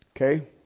Okay